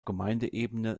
gemeindeebene